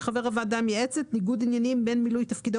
של חבר הוועדה המייעצת - ניגוד עניינים בין מילוי תפקידו